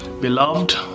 Beloved